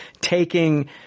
taking